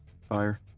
fire